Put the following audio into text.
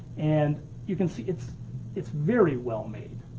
and you can see, it's it's very well made.